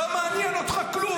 לא מעניין אותך כלום.